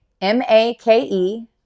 M-A-K-E